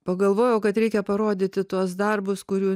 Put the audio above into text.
pagalvojau kad reikia parodyti tuos darbus kurių